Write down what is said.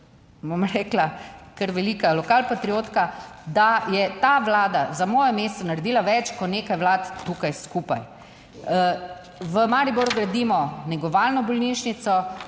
bom rekla kar velika lokalpatriotka, da je ta vlada za moje mesto naredila več kot nekaj vlad tukaj skupaj. V Mariboru gradimo negovalno bolnišnico,